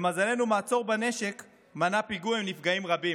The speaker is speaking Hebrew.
למזלנו מעצור בנשק מנע פיגוע עם נפגעים רבים.